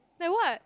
like what